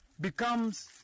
becomes